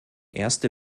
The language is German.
erste